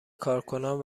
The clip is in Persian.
کارکنان